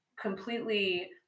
completely